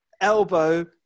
elbow